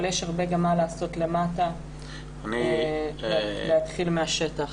אבל יש הרבה גם מה לעשות למטה ולהתחיל מהשטח.